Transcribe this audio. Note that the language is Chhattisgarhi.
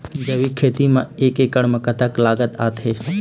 जैविक खेती म एक एकड़ म कतक लागत आथे?